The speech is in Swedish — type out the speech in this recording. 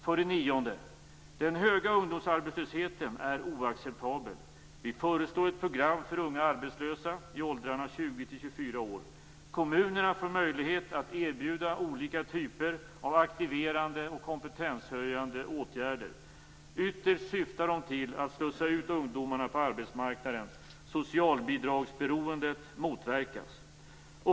För det nionde: Den höga ungdomsarbetslösheten är oacceptabel. Vi föreslår ett program för unga arbetslösa i åldrarna 20-24 år. Kommunerna får möjlighet att erbjuda olika typer av aktiverande och kompetenshöjande åtgärder. Ytterst syftar de till att slussa ut ungdomarna på arbetsmarknaden. Socialbidragsberoendet motverkas.